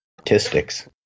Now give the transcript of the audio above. Statistics